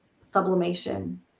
sublimation